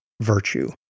virtue